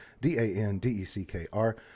d-a-n-d-e-c-k-r